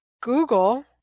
Google